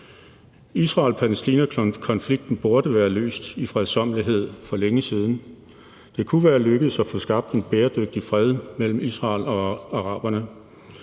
Israel-Palæstina-konflikten burde være løst i fredsommelighed for længe siden. Det kunne være lykkedes at få skabt en bæredygtig fred mellem Israel og araberne.